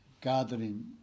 gathering